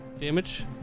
Damage